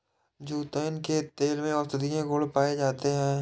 जैतून के तेल में औषधीय गुण पाए जाते हैं